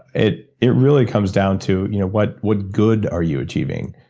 it it really comes down to you know what what good are you achieving,